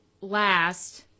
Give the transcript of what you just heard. last